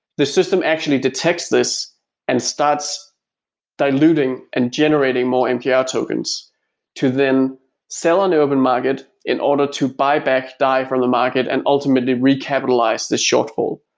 the system actually detects this and starts diluting and generating more mkr tokens to then sell an urban market in order to buy back dai from the market and ultimately recapitalize the shortfall.